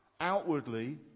Outwardly